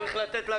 צריך גם לה לתת,